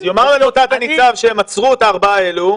אז יאמר לנו תת הניצב שהם עצרו את הארבעה האלה,